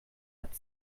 hat